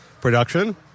production